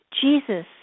Jesus